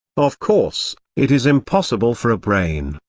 of course, it is impossible for a brain,